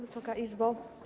Wysoka Izbo!